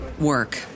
work